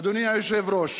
אדוני היושב-ראש,